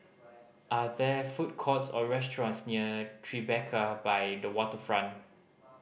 are there food courts or restaurants near Tribeca by the Waterfront